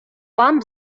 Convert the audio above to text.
вам